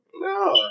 No